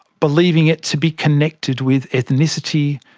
believing it to be connected with ethnicity,